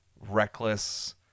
reckless